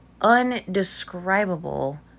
undescribable